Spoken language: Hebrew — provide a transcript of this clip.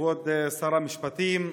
כבוד שר המשפטים,